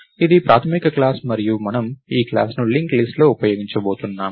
ఇది ప్రాథమిక క్లాస్ మరియు మనము ఈ క్లాస్ ని లింక్ లిస్ట్ లో ఉపయోగించబోతున్నాము